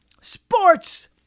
sports